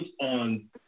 on